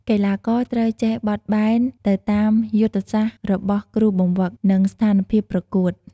កីឡាករត្រូវចេះបត់បែនទៅតាមយុទ្ធសាស្ត្ររបស់គ្រូបង្វឹក និងស្ថានភាពប្រកួត។